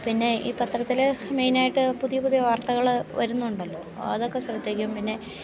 പിന്നെ ഈ പത്രത്തിൽ മെയിനായിട്ട് പുതിയ പുതിയ വാർത്തകൾ വരുന്നുണ്ടല്ലോ അതൊക്കെ ശ്രദ്ധിക്കും പിന്നെ